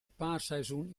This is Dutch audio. paarseizoen